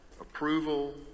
approval